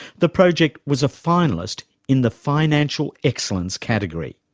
the project was a finalist in the financial excellence category.